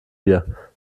wir